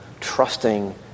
trusting